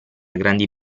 grandi